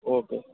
okay